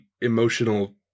emotional